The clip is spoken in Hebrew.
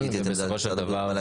בסופו של דבר,